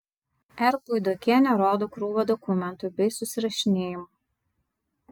r puidokienė rodo krūvą dokumentų bei susirašinėjimų